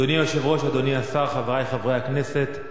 אדוני היושב-ראש, אדוני השר, חברי חברי הכנסת,